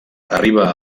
arriba